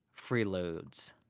freeloads